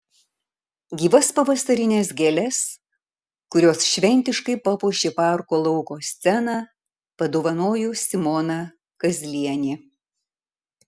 gyvas pavasarines gėles kurios šventiškai papuošė parko lauko sceną padovanojo simona kazlienė